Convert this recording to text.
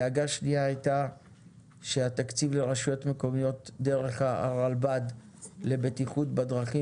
דאגה שנייה הייתה שהתקציב לרשויות המקומיות דרך הרלב"ד לבטיחות בדרכים,